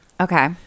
Okay